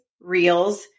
reels